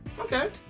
Okay